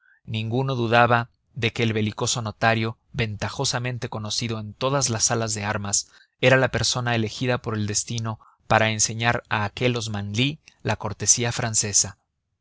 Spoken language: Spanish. ninguno dudaba de que el belicoso notario ventajosamente conocido en todas las salas de armas era la persona elegida por el destino para enseñar a aquel osmanlí la cortesía francesa